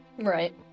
Right